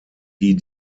die